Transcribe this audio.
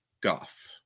Goff